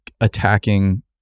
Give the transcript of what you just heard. attacking